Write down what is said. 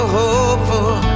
hopeful